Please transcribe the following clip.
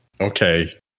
Okay